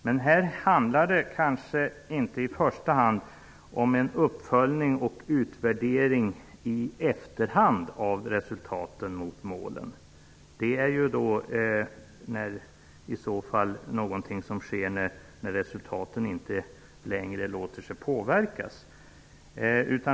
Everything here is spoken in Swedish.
Men här handlar det kanske inte i första hand om en uppföljning och utvärdering av resultaten i efterhand -- det är något som i så fall sker om resultaten inte längre kan påverkas.